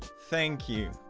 thank you.